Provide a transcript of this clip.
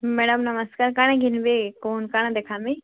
madam ନମସ୍କାର୍ କାଣା ଘିନିବେ କହୁନ୍ କାଣା ଦେଖାମି